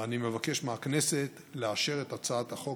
אני מבקש מהכנסת לאשר את הצעת החוק